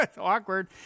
awkward